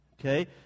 Okay